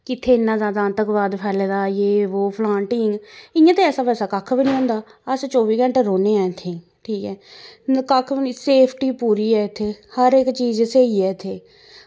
की इत्थें इ'न्ना जादा आंतकवाद फैले दा यह् बो फलान टींग इ'यां ते ऐसा बैसा कक्ख बी निं होंदा अस चौबी घैंटे रौह्नें आं इत्थें ठीक ऐ कक्ख बी निं सेफ्टी पूरी ऐ इत्थें हर इक चीज़ स्हेई ऐ इत्थें